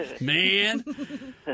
Man